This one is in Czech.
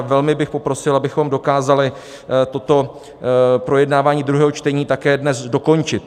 Velmi bych poprosil, abychom dokázali toto projednávání druhého čtení také dnes dokončit.